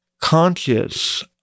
conscious